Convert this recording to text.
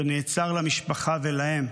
שנעצר למשפחה ולהם.